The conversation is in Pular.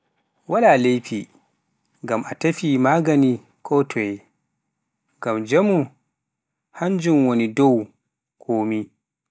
waala leyfi ngam a teffi magaani e ko toye, ngam jaamu hannun wone dow, ko komi.